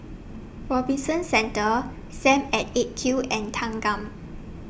Robinson Centre SAM At eight Q and Thanggam